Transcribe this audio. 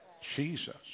Jesus